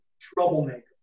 troublemaker